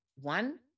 one